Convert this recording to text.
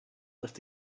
left